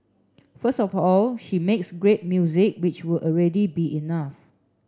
first of all she makes great music which would already be enough